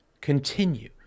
continue